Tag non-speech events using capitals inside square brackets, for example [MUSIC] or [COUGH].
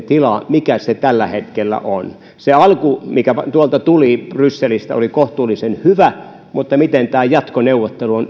[UNINTELLIGIBLE] tila tällä hetkellä on se alku mikä tuolta brysselistä tuli oli kohtuullisen hyvä mutta miten tämä jatkoneuvottelu on